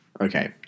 Okay